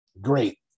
great